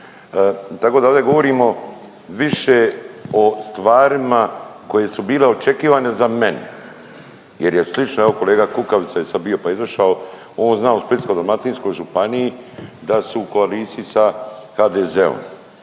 tako da ovdje govorimo više o stvarima koje su bile očekivane za mene jer je slično evo kolega Kukavica je sad bio pa izašao. On zna u Splitskoj-dalmatinskoj županiji da su u koaliciji sa HDZ-om.